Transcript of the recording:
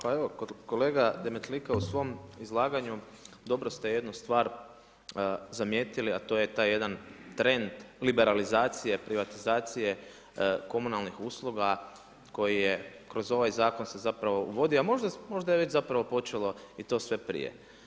Pa evo kolega Demetlika u svom izlaganju dobro ste jednu stvar zamijetili, a to je taj jedan trend liberalizacije, privatizacije komunalnih usluga koje kroz ovaj zakon se zapravo uvodi, a možda je već zapravo počelo i to sve prije.